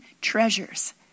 treasures